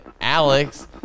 Alex